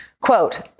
Quote